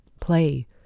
Play